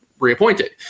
reappointed